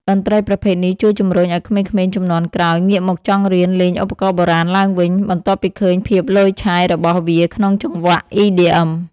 តន្ត្រីប្រភេទនេះជួយជំរុញឱ្យក្មេងៗជំនាន់ក្រោយងាកមកចង់រៀនលេងឧបករណ៍បុរាណឡើងវិញ បន្ទាប់ពីឃើញភាពឡូយឆាយរបស់វាក្នុងចង្វាក់ EDM។